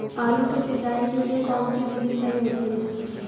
आलू की सिंचाई के लिए कौन सी विधि सही होती है?